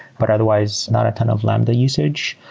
but otherwise not a ton of lambda usage.